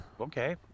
Okay